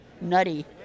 nutty